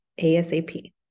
ASAP